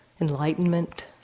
enlightenment